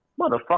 motherfucker